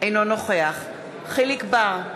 אינו נוכח יחיאל חיליק בר,